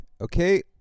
okay